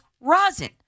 rosin